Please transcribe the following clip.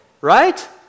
Right